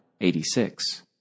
86